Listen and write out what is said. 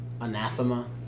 anathema